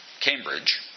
Cambridge